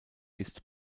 ist